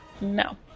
No